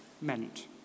meant